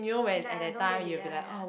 like I don't get it ya ya ya